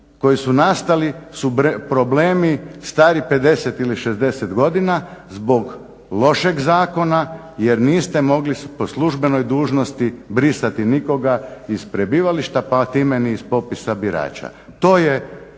koji su nastali su problemi stari 50 ili 60 godina zbog lošeg zakona, jer niste mogli po službenoj dužnosti brisati nikoga iz prebivališta, pa time ni iz popisa birača.